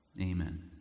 Amen